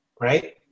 right